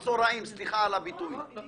לא, זה בדיוק ההבדל.